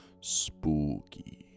Spooky